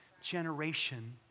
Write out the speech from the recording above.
generation